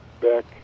back